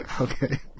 Okay